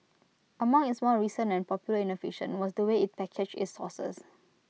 among its more recent and popular innovation was the way IT packaged its sauces